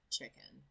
Chicken